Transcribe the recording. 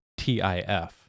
TIF